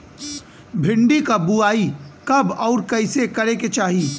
भिंडी क बुआई कब अउर कइसे करे के चाही?